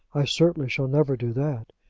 i certainly shall never do that.